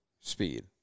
speed